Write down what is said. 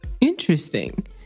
interesting